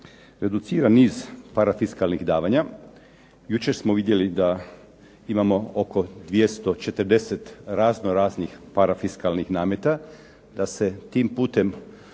reducira niz parafiskalnih davanja. Jučer smo vidjeli da imamo oko 240 razno-razni parafiskalnih nameta da se tim putem